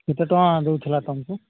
କେତେ ଟଙ୍କା ଦେଉଥିଲା ତୁମକୁ